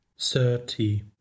thirty